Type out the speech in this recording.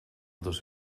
dos